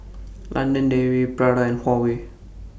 London Dairy Prada and Huawei